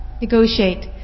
negotiate